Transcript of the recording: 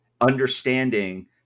understanding